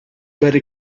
very